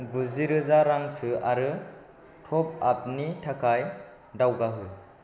गुजिरोजा रां सो आरो ट'पआपनि थाखाय दावगाहो